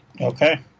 Okay